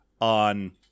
on